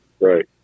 Right